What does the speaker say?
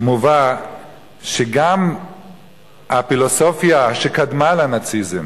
מובא שגם הפילוסופיה שקדמה לנאציזם